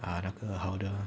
啊那个好的啊